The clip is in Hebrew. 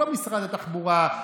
לא משרד התחבורה.